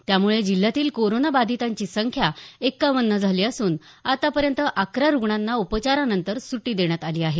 त्यामुळे जिल्ह्यातील कारोना बाधितांची संख्या एक्कावन्न झाली असून आतापर्यंत अकरा रुग्णांना उपचारानंतर सुटी देण्यात आली आहे